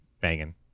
banging